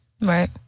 Right